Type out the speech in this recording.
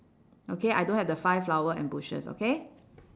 okay I don't have the five flower and bushes okay